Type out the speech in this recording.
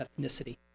ethnicity